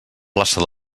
plaça